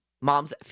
Mom's